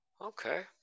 Okay